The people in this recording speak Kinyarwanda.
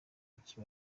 iki